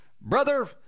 Brother